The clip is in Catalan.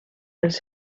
pels